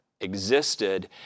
existed